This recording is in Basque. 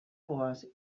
goaz